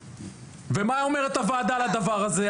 ומה אומרת הוועדה על הדבר הזה?